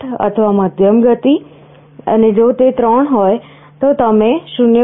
8 અથવા મધ્યમ ગતિ અને જો તે 3 હોય તો તે 0